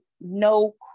No